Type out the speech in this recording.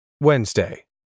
Wednesday